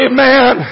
Amen